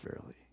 fairly